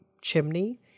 chimney